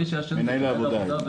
מנהל העבודה.